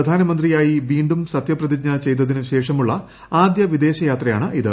പ്രധാനമന്ത്രിയായി വീണ്ടും സത്യപ്രതിജ്ഞ ചെയ്തതിന് ശേഷമുള്ള ആദ്യ വിദേശയാത്രയാണ് ഇത്